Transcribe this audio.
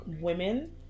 women